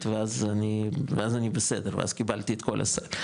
ואז אני בסדר ואז קיבלתי את כל הסל,